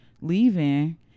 leaving